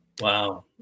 Wow